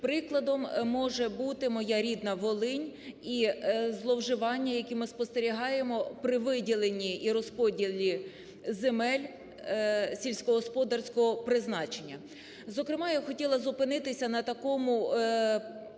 Прикладом може бути моя рідна Волинь і зловживання, які ми спостерігаємо при виділенні і розподілі земель сільськогосподарського призначення. Зокрема, я хотіла зупинитися на такому показовому